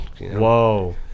Whoa